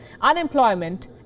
Unemployment